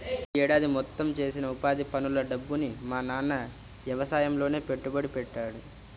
యీ ఏడాది మొత్తం చేసిన ఉపాధి పనుల డబ్బుని మా నాన్న యవసాయంలోనే పెట్టుబడి పెట్టాడు